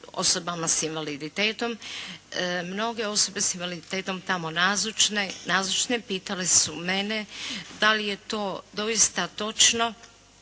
osobama sa invaliditetom mnoge osobe sa invaliditetom tamo nazočne pitale su mene da li je to doista točno